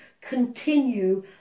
continue